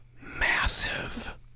massive